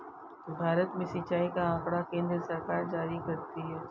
भारत में सिंचाई का आँकड़ा केन्द्र सरकार जारी करती है